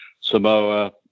Samoa